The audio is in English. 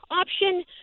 option